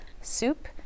soup